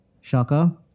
Shaka